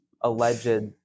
alleged